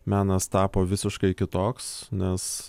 menas tapo visiškai kitoks nes